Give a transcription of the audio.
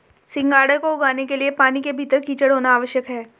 सिंघाड़े को उगाने के लिए पानी के भीतर कीचड़ होना आवश्यक है